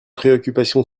préoccupation